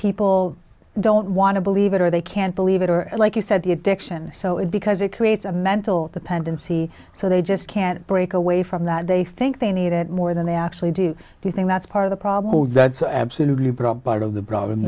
people don't want to believe it or they can't believe it or like you said the addiction so it because it creates a mental dependency so they just can't break away from that they think they need it more than they actually do anything that's part of the problem so absolutely proper of the problem